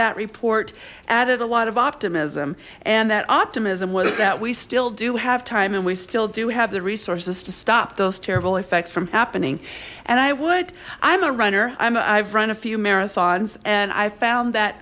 that report added a lot of optimism and that optimism was that we still do have time and we still do have the resources to stop those terrible effects from happening and i would i'm a runner i've run a few marathons and i found that